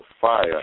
fire